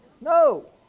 No